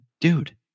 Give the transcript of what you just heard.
dude